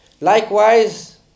Likewise